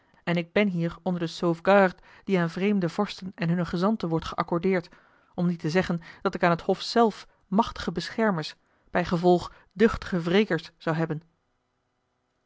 en ik ben hier onder de sauvegarde die aan vreemde vorsten en hunne gezanten wordt geaccordeerd om niet te zeggen dat ik aan t hof zelf machtige beschermers bijgevolg duchtige wrekers zou hebben